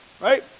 Right